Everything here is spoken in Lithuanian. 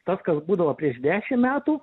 tas kas būdavo prieš dešim metų